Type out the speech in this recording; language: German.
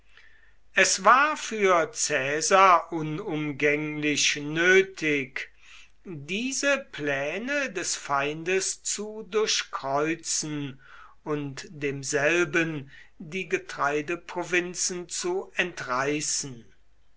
es war für caesar unumgänglich nötig diese pläne des feindes zu durchkreuzen und demselben die getreideprovinzen zu entreißen